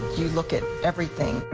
you look at everything.